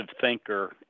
thinker